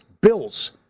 Bills